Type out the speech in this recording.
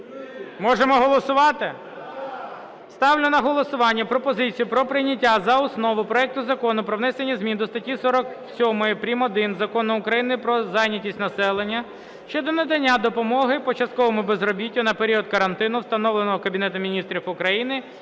Можемо голосувати? Ставлю на голосування пропозицію про прийняття за основу проекту Закону про внесення змін до статті 47 прим. 1 Закону України "Про зайнятість населення" щодо надання допомоги по частковому безробіттю на період карантину, встановленого Кабінетом Міністрів України